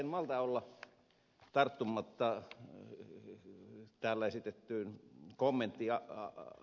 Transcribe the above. en malta olla tarttumatta täällä esitettyyn kommenttiin akesta